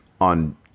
on